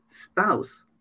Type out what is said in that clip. spouse